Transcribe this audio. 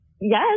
Yes